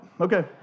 Okay